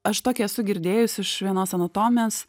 aš tokią esu girdėjus iš vienos anatomijos